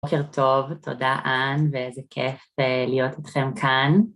בוקר טוב, תודה אן, ואיזה כיף להיות אתכם כאן.